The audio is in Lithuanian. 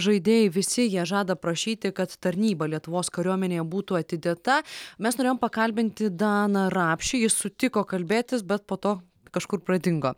žaidėjai visi jie žada prašyti kad tarnyba lietuvos kariuomenėje būtų atidėta mes norėjom pakalbinti daną rapšį jis sutiko kalbėtis bet po to kažkur pradingo